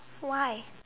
why